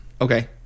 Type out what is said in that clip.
Okay